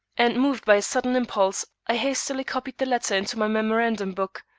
and moved by a sudden impulse, i hastily copied the letter into my memorandum-book,